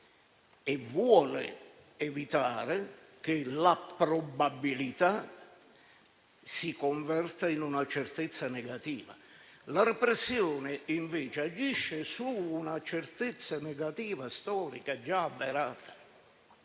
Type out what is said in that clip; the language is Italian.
e vuole evitare che la probabilità si converta in una certezza negativa. La repressione, invece, agisce su una certezza negativa, storica, già avverata